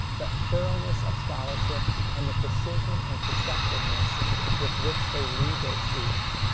the thoroughness of scholarship and the precision and perceptiveness with which they lead their students.